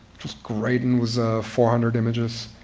just great, and with four hundred images.